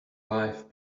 live